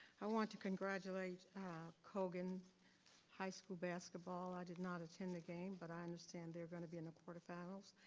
i want to congratulate ah colgan high school basketball, i did not attend the game but i understand they're going to be in the quarter finals.